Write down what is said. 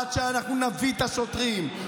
עד שאנחנו נביא את השוטרים,